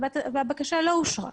והבקשה לא אושרה.